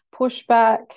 pushback